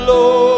Lord